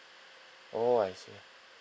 oh I see